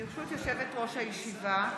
ברשות יושבת-ראש הישיבה,